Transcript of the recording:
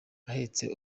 ahetse